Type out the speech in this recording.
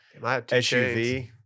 SUV